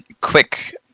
quick